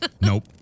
Nope